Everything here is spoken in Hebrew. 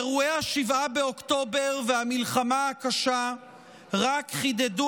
אירועי 7 באוקטובר והמלחמה הקשה רק חידדו